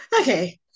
Okay